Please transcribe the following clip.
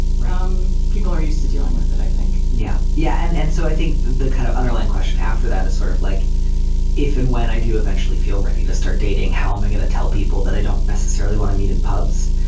um people are used to dealing with it i think yeah yeah. and and so i think the kind of underlying question after that is sort of like if and when i do eventually feel ready to start dating how am um i going to tell people that i don't necessarily want to meet in pubs.